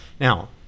Now